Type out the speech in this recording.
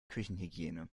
küchenhygiene